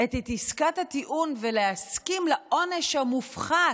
את עסקת הטיעון ולהסכים לעונש המופחת,